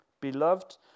Beloved